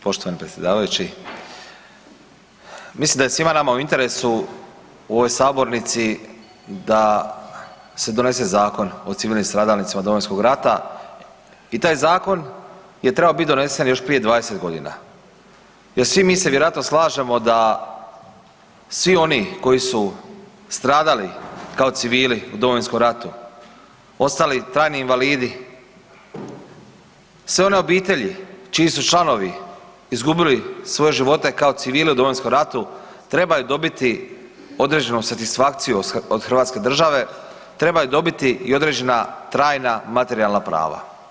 Poštovani predsjedavajući, mislim da je svima nama u interesu u ovoj sabornici da se donese Zakon o civilnim stradalnicima Domovinskog rata i taj zakon je trebao biti donesen još prije 20 godina jer svi mi se vjerojatno slažemo da svi oni koji su stradali kao civili u Domovinskom ratu, ostali trajni invalidi, sve one obitelji čiji su članovi izgubili svoje živote kao civili u Domovinskom ratu trebaju dobiti određenu satisfakciju od hrvatske države, trebaju dobiti i određena trajna materijalna prava.